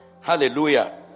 hallelujah